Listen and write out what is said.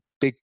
big